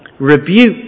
rebuke